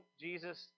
Jesus